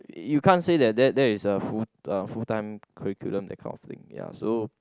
you can't say that that that is a full uh full time curriculum that kind of thing ya so